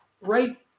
right